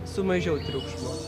su mažiau triukšmo